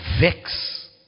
vex